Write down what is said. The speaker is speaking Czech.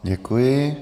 Děkuji.